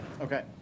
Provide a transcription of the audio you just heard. Okay